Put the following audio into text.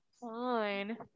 fine